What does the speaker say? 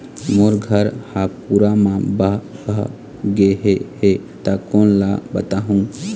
मोर घर हा पूरा मा बह बह गे हे हे ता कोन ला बताहुं?